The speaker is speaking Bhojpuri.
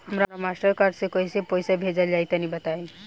हमरा मास्टर कार्ड से कइसे पईसा भेजल जाई बताई?